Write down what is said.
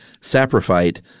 saprophyte